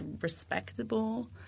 respectable